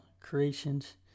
creations